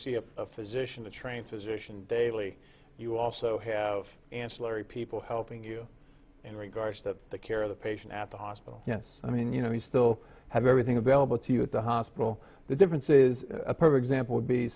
see a physician to train physicians daily you also have ancillary people helping you in regards to the care of the patient at the hospital yes i mean you know we still have everything available to you at the hospital the difference is a pro example would be